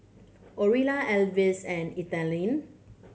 Orilla Alvis and Ethelene